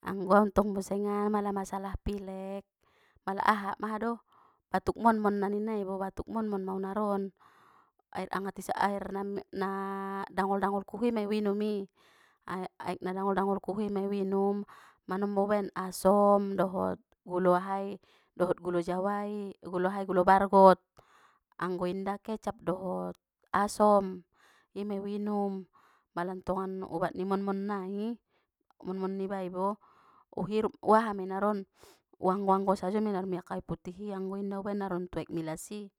Anggo au ntong musengan mala masalah pilek mala aha mahado batuk monmon na ninna ibo batuk monmon ma naron air ange- air na-na na dangol-dangolkuh i mei uinum manombo ubaen asom dohot gulo ahai dohot gulo jawai gulo ahai gulo bargot anngo inda kecap dohot asom imei uinum mala mantongan ubat ni monmon nai monmon niba i u hirup uaha me naron u anggo anggo sajo mei naron miak kaiputih i anggo inda ubaen naron tu aek milas i